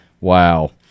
Wow